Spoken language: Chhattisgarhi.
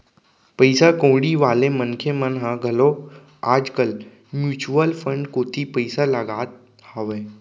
पइसा कउड़ी वाले मनखे मन ह घलोक आज कल म्युचुअल फंड कोती पइसा लगात हावय